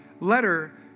letter